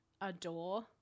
adore